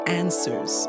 answers